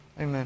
Amen